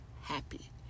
happy